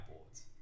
boards